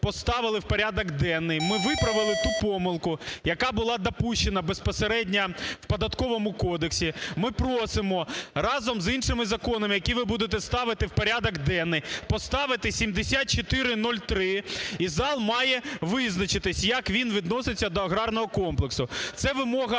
ми виправили ту помилку, яка була допущена безпосередньо в Податковому кодексі. Ми просимо разом з іншими законами, які ви будете ставити в порядок денний, поставити 7403, і зал має визначитись, як він відноситься до аграрного комплексу. Це вимога